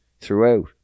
throughout